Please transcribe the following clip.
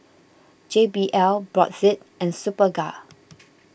J B L Brotzeit and Superga